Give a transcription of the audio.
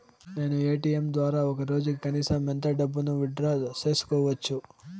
నేను ఎ.టి.ఎం ద్వారా ఒక రోజుకి కనీసం ఎంత డబ్బును విత్ డ్రా సేసుకోవచ్చు?